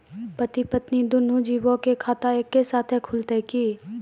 पति पत्नी दुनहु जीबो के खाता एक्के साथै खुलते की?